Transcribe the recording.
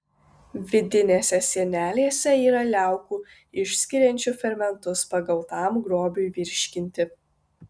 vidinėse sienelėse yra liaukų išskiriančių fermentus pagautam grobiui virškinti